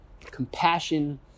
compassion